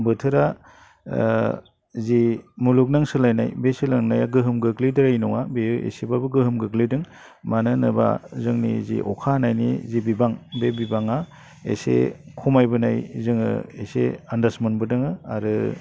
बोथोरा जि मुलुगनां सोलायनाय बे सोलायनाया गोहोम गोग्लैद्रायै नङा बेयो एसेबाबो गोहोम गोग्लैदों मानो होनोबा जोंनि जे अखा हानायनि जि बिबां बे बिबाङा एसे खमायबोनाय जोङो एसे आनदास मोनबोदों आरो